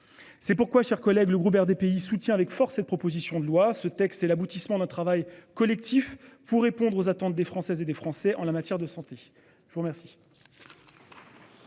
C'est pourquoi, chers collègues, le groupe RDPI soutient avec force cette proposition de loi. Ce texte est l'aboutissement d'un travail collectif pour répondre aux attentes des Françaises et des Français en la matière de santé. Je vous remercie.